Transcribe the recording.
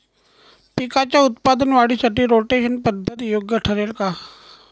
पिकाच्या उत्पादन वाढीसाठी रोटेशन पद्धत योग्य ठरेल का?